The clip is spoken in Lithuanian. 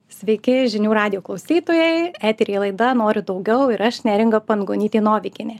sveiki žinių radijo klausytojai eteryje laida noriu daugiau ir aš neringa pangonytė novikienė